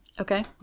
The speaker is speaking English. Okay